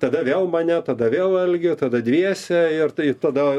tada vėl mane tada vėl algį tada dviese ir tai tada